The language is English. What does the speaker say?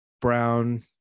brown